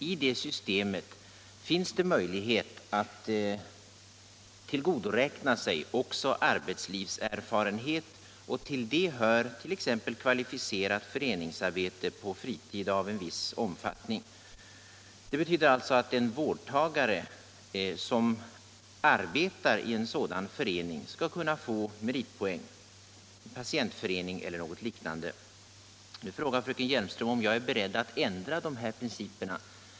I det systemet finns det möjlighet att tillgodoräkna sig också arbetslivserfarenhet, och till den hör t.ex. kvalificerat föreningsarbete på fritid och av viss omfattning. Det betyder alltså att en vårdtagare som arbetar i en sådan förening — en patientförening eller något liknande — skall kunna få meritpoäng. Nu frågar fröken Hjelmström om jag är beredd att ändra på dessa principer.